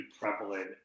prevalent